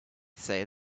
say